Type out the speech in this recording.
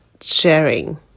sharing